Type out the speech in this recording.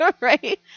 Right